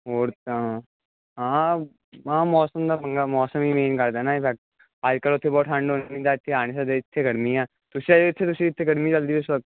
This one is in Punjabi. ਹੋਰ ਤਾਂ ਆ ਹਾਂ ਮੌਸਮ ਦਾ ਪੰਗਾ ਮੌਸਮ ਵੀ ਮੇਨ ਕਰਦਾ ਨਾ ਅੱਜ ਕੱਲ੍ਹ ਉੱਥੇ ਬਹੁਤ ਠੰਡ ਇੱਥੇ ਆ ਨਹੀਂ ਸਕਦੇ ਇੱਥੇ ਤੁਸੀਂ ਅਕੈਡਮੀ ਜਲਦੀ ਮੌਸਮ ਇੱਥੇ